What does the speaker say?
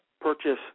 purchase